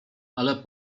ale